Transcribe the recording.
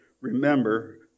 remember